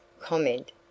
comment